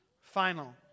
final